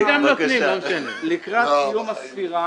לקראת סיום הספירה,